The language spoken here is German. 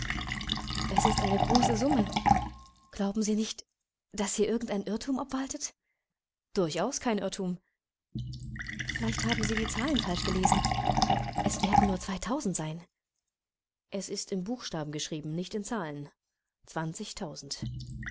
es ist eine große summe glauben sie nicht daß hier irgend ein irrtum obwaltet durchaus kein irrtum vielleicht haben sie die zahlen falsch gelesen es werden nur zweitausend sein es ist in buchstaben geschrieben nicht in zahlen